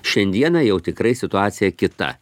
šiandieną jau tikrai situacija kita